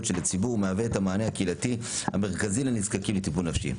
של הציבור ומהווה את המענה הקהילתי המרכזי לנזקקים לטיפול נפשי.